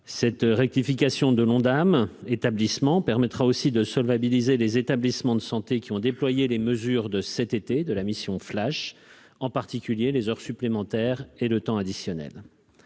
Cette rectification de l'Ondam établissements permettra aussi de solvabiliser les établissements de santé qui ont déployé les mesures de cet été de la mission flash, en particulier les heures supplémentaires et le temps additionnel